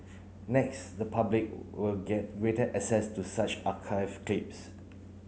next the public will get greater access to such archived clips